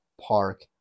park